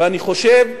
ואני חושב שהממשלה,